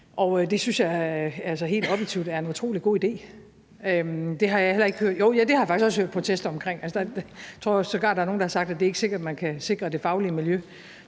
Og det synes jeg helt objektivt er en utrolig god idé. Og det har jeg faktisk også hørt protester omkring. Jeg tror sågar, at der er nogle, der har sagt, at det ikke er sikkert, at man kan sikre det faglige miljø.